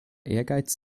ehrgeiz